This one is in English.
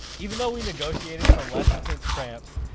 even though we negotiated for less intense cramps,